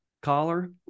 collar